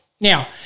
Now